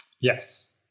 Yes